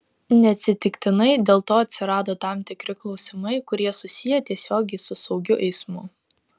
neatsitiktinai dėl to atsirado tam tikri klausimai kurie susiję tiesiogiai su saugiu eismu